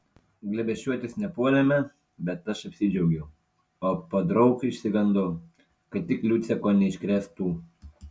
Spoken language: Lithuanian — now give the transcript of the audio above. glėbesčiuotis nepuolėme bet aš apsidžiaugiau o podraug išsigandau kad tik liucė ko neiškrėstų